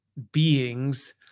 beings